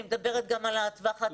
אני מדברת גם על הטווח העתידי.